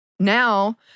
Now